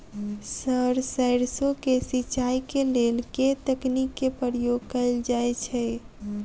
Sir सैरसो केँ सिचाई केँ लेल केँ तकनीक केँ प्रयोग कैल जाएँ छैय?